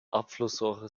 abflussrohre